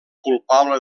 culpable